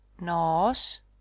Nos